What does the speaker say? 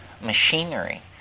machinery